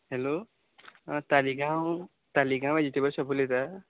hello Taleigao Taleigao shop उलयतां